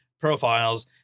profiles